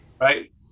right